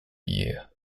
year